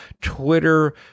Twitter